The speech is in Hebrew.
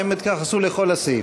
האמת שכך עשו לכל הסעיף.